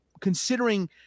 considering